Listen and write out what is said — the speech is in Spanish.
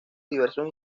diversos